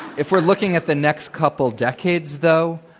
if we're looking at the next couple decades, though,